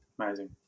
Amazing